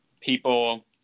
people